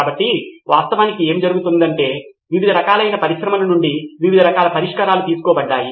కాబట్టి వాస్తవానికి ఏమి జరిగిందంటే వివిధ రకాలైన పరిశ్రమల నుండి వివిధ రకాల పరిష్కారాలు తీసుకోబడ్డాయి